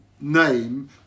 name